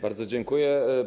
Bardzo dziękuję.